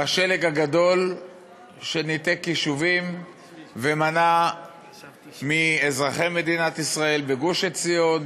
בזמן השלג הגדול שניתק יישובים ומנע מאזרחי מדינת ישראל בגוש-עציון,